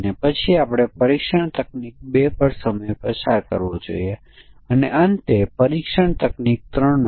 તો ચાલો આ કેસોની ચર્ચા કરીએ આપણે આ ખાસ કેસોને કેવી રીતે હેન્ડલ કરી શકીએ